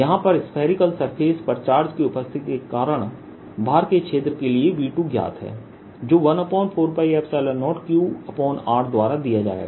यहां पर spherical surface पर चार्ज की उपस्थिति के कारण बाहर के क्षेत्र के लिए V2 ज्ञात है जो 14π0Qr द्वारा दिया जाएगा